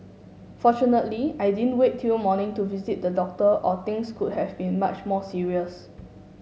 fortunately I didn't wait till morning to visit the doctor or things could have been much more serious